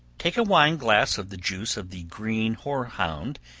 take a wine glass of the juice of the green hoarhound,